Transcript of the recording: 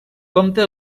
compta